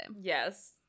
yes